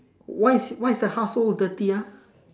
why is why is the house so dirty ah